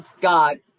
God